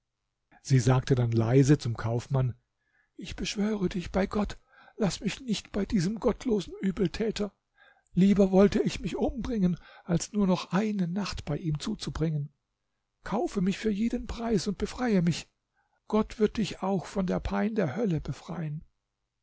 sie sagte dann leise zum kaufmann ich beschwöre dich bei gott laß mich nicht bei diesem gottlosen übeltäter lieber wollte ich mich umbringen als nur noch eine nacht bei ihm zubringen kaufe mich für jeden preis und befreie mich gott wird dich auch von der pein der hölle befreien